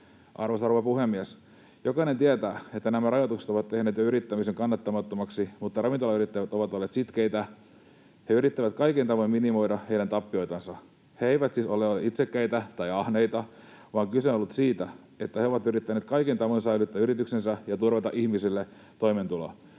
Arvoisa rouva puhemies! Jokainen tietää, että nämä rajoitukset ovat jo tehneet yrittämisen kannattamattomaksi, mutta ravintolayrittäjät ovat olleet sitkeitä. He yrittävät kaikin tavoin minimoida tappioitansa. He eivät siis ole itsekkäitä tai ahneita, vaan kyse on ollut siitä, että he ovat yrittäneet kaikin tavoin säilyttää yrityksensä ja turvata ihmisille toimeentulon.